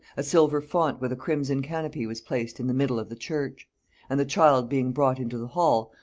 a silver font with a crimson canopy was placed in the middle of the church and the child being brought into the hall,